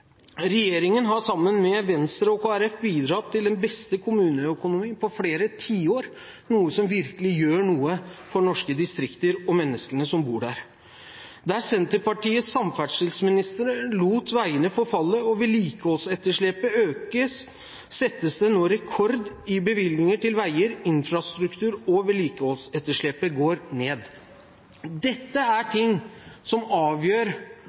Regjeringen har sammen med Venstre og Kristelig Folkeparti bidratt til den beste kommuneøkonomien på flere tiår, noe som virkelig utgjør noe for norske distrikter og for menneskene som bor der. Der Senterpartiets samferdselsminister lot veiene forfalle og vedlikeholdsetterslepet øke, settes det nå rekord i bevilgninger til veier og infrastruktur, og vedlikeholdsetterslepet går ned. Dette er det som avgjør